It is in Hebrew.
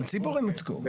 לציבור הם הוצגו.